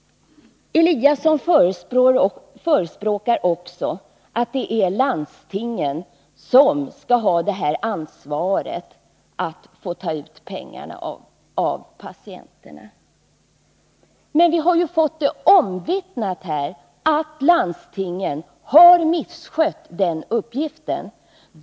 Ingemar Eliasson förespråkar också att landstingen skall ha ansvaret att ta ut pengar av patienterna. Men vi har ju fått det omvittnat här att landstingen har misskött den uppgiften.